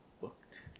booked